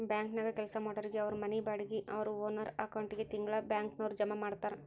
ಬ್ಯಾಂಕನ್ಯಾಗ್ ಕೆಲ್ಸಾ ಮಾಡೊರಿಗೆ ಅವ್ರ್ ಮನಿ ಬಾಡ್ಗಿ ಅವ್ರ್ ಓನರ್ ಅಕೌಂಟಿಗೆ ತಿಂಗ್ಳಾ ಬ್ಯಾಂಕ್ನವ್ರ ಜಮಾ ಮಾಡ್ತಾರ